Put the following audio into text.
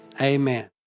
amen